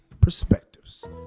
perspectives